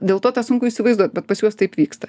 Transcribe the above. dėl to tą sunku įsivaizduot bet pas juos taip vyksta